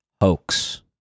hoax